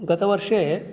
गतवर्षे